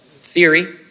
theory